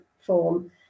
form